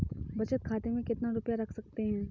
बचत खाते में कितना रुपया रख सकते हैं?